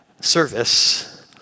service